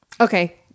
Okay